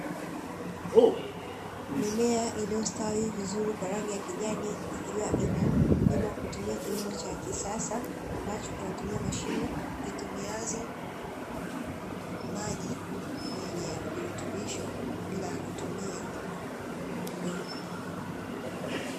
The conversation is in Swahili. Mimea iliyo stawi vizuri kwa rangi ya kijani ikiwa inalimwa kwakutumia kilimo cha kisasa, ambacho kinatumia mashine zitumiazo maji yenye virutubisho bila ya kutumia udongo.